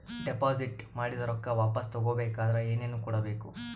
Deposit ಮಾಡಿದ ರೊಕ್ಕ ವಾಪಸ್ ತಗೊಬೇಕಾದ್ರ ಏನೇನು ಕೊಡಬೇಕು?